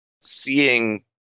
seeing